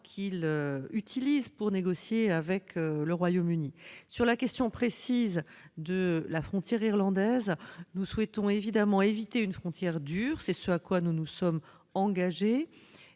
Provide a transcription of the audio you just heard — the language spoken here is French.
gouvernements pour négocier avec le Royaume-Uni. Sur la question précise de la frontière irlandaise, nous souhaitons évidemment éviter une frontière dure- nous nous y sommes engagés